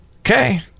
okay